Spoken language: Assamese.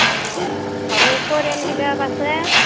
অ ঘৰৰ পৰিয়ালগিলা আছে